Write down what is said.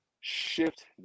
shift